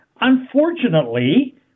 Unfortunately